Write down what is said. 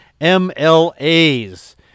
MLAs